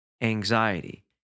anxiety